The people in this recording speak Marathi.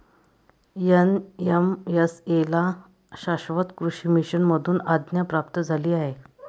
एन.एम.एस.ए ला शाश्वत कृषी मिशन मधून आज्ञा प्राप्त झाली आहे